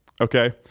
okay